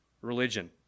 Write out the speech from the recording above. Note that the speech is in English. religion